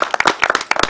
(מחיאות כפיים).